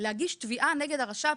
להגיש תביעה נגד הרשות הפלסטינית,